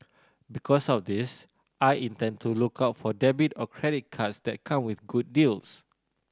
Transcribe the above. because of this I intend to look out for debit or credit cards that come with good deals